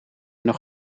nog